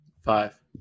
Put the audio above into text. five